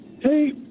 Hey